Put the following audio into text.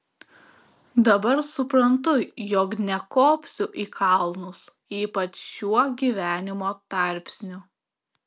dabar suprantu jog nekopsiu į kalnus ypač šiuo gyvenimo tarpsniu